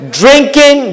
drinking